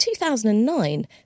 2009